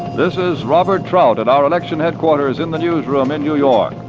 this is robert trout at our election headquarters in the newsroom in new york.